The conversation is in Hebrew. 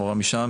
סחורה משם,